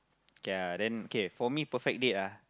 k ah then k for me perfect date ah